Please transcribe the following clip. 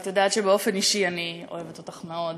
ואת יודעת שבאופן אישי אני אוהבת אותך מאוד.